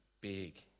big